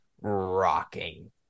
rocking